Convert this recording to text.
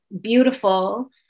beautiful